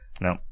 No